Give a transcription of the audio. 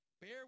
Bear